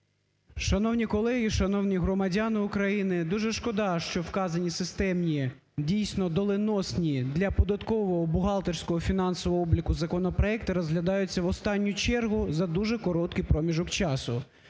Шановні колеги! Шановні громадяни України! Дуже шкода, що вказані системні, дійсно, доленосні для податкового, бухгалтерського, фінансового обліку законопроекти розглядаються в останню чергу за дуже короткий проміжок часу.